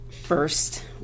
first